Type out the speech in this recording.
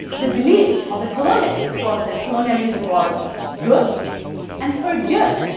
the belief of the colonialists was that colonialism was good and for ah good.